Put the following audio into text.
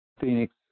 Phoenix